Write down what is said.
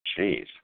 Jeez